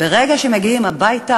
ברגע שמגיעים הביתה,